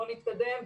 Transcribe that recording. בואו נתקדם,